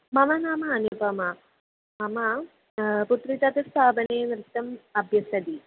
मम नाम अनुपमा मम पुत्री तद् स्थापने नृत्यम् अभ्यसति